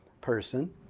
person